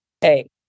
hey